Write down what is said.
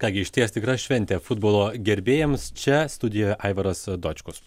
ką gi išties tikra šventė futbolo gerbėjams čia studijoje aivaras dočkus